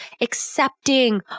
accepting